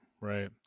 right